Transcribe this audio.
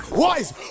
wise